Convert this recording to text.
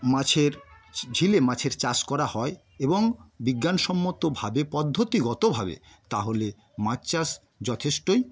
মাছের ঝিলে মাছের চাষ করা হয় এবং বিজ্ঞান সম্মতভাবে পদ্ধতিগতভাবে তাহলে মাছ চাষ যথেষ্টই